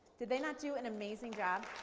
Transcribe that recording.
did they not do an amazing job?